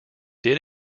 did